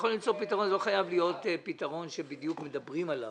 זה לא חייב להיות פתרון שבדיוק מדברים עליו.